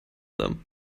them